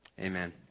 Amen